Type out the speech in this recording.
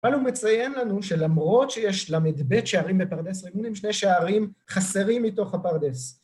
אבל הוא מציין לנו שלמרות שיש ל"ב שערים בפרדס רימונים, שני שערים חסרים מתוך הפרדס.